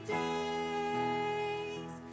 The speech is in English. days